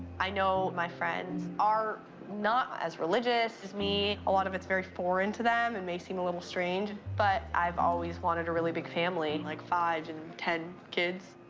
i know my friends are not as religious as me. a lot of it's very foreign to them. it and may seem a little strange. but i've always wanted a really big family, like five and. ten kids,